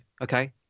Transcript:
okay